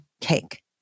cake